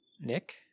Nick